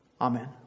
Amen